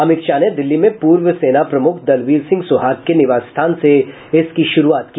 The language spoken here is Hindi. अमित शाह ने दिल्ली में पूर्व सेना प्रमुख दलबीर सिंह सुहाग के निवास स्थान से इसकी शुरूआत की